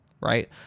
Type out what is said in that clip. right